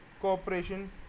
cooperation